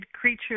creature